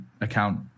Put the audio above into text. account